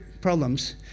problems